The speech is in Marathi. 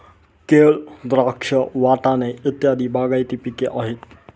केळ, द्राक्ष, वाटाणे इत्यादी बागायती पिके आहेत